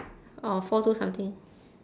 or four two something